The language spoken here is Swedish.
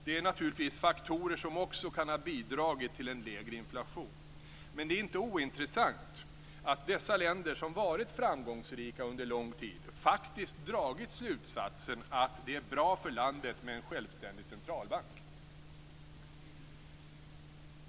Det är naturligtvis faktorer som också kan ha bidragit till en lägre inflation. Men det är inte ointressant att dessa länder, som varit framgångsrika under lång tid, faktiskt dragit slutsatsen att det är bra för landet med en självständig centralbank.